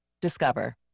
Discover